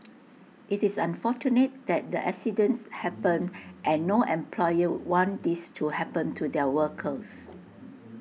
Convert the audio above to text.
IT is unfortunate that the accidents happened and no employer want these to happen to their workers